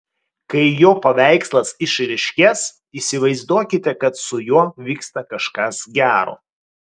kai jo paveikslas išryškės įsivaizduokite kad su juo vyksta kažkas gero